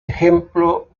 ejemplo